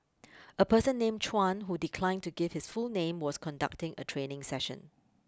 a person named Chuan who declined to give his full name was conducting a training session